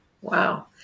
Wow